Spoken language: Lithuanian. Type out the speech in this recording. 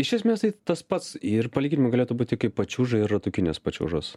iš esmės tai tas pats ir palyginimui galėtų būti kaip pačiūža ir ratukinės pačiūžos